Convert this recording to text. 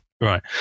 Right